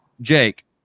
Jake